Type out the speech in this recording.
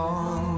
on